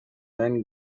then